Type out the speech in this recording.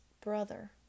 brother